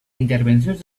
intervencions